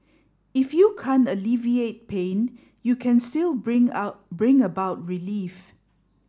if you can't alleviate pain you can still bring out bring about relief